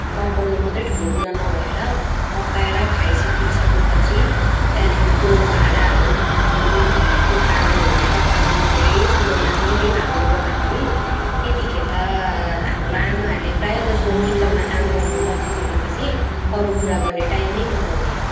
पकाउनु मात्रै ठुलो कुरो नभएर पकाएर खाइसकिसकेपछि त्यहाँदेखि त्यो भाँडाहरू धुनु त्यो कालोहरू पखाल्नु धेरै समय लाग्ने त्यही भएकोले गर्दाखेरि त्यतिखेर हाम्रो आमाहरूले प्रायः जसो किचनमा काम गर्नु पसिसकेपछि अरू कुरा गर्ने टाइमै नपाउने